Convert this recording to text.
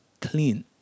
clean